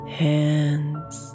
hands